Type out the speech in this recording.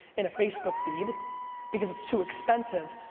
in a facebook feed because it's too expensive.